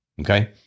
Okay